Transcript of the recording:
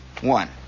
One